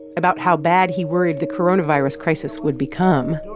about how bad he worried the coronavirus crisis would become.